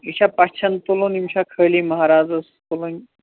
یہِ چھا پژھیٚن تُلُن یِم چھا خٲلی مَہرازَس تُلٕنۍ